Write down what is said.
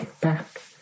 back